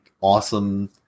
awesome